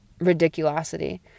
ridiculosity